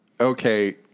Okay